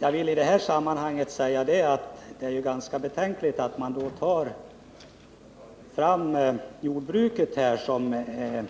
Jag vill i detta sammanhang säga att det är ganska betänkligt att man från reservanternas sida